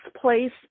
place